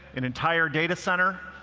an entire data center,